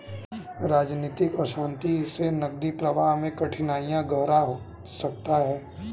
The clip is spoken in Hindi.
राजनीतिक अशांति से नकदी प्रवाह में कठिनाइयाँ गहरा सकता है